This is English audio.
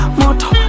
motor